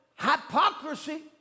hypocrisy